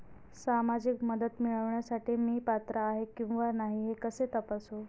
सामाजिक मदत मिळविण्यासाठी मी पात्र आहे किंवा नाही हे कसे तपासू?